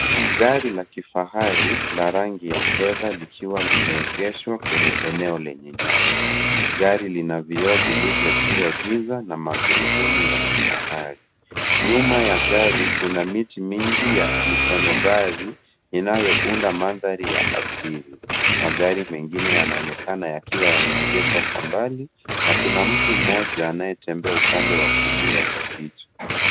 Gari la kifahari la rangi ya fedha likiwa limeegeshwa kwenye eneo lenye nyasi. Gari lina vioo vilivyotiwa giza na magurudumu ya kifahari. Nyuma ya gari kuna miti mingi ya misonobari inayounda mandhari ya asili. Magari mengine yanaonekana yakiwa yameegeshwa kwa mbali na kuna mtu mmoja anayetembea upande wa kulia wa picha.